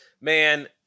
man